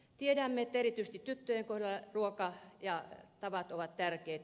tiedämme että erityisesti tyttöjen kohdalla ruokatavat ovat tärkeitä